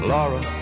Laura